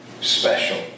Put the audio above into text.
special